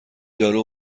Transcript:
دارو